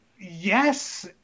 Yes